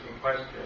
question